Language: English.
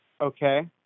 Okay